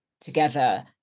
together